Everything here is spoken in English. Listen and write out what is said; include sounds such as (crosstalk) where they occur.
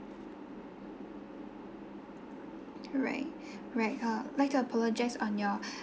alright right uh we'll like to apologise on your (breath)